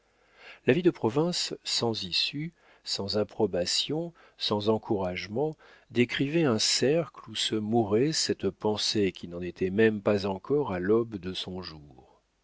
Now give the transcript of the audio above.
la vie de province sans issue sans approbation sans encouragement décrivait un cercle où se mourait cette pensée qui n'en était même pas encore à l'aube de son jour